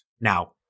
Now